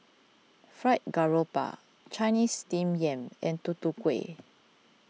Fried Garoupa Chinese Steamed Yam and Tutu Kueh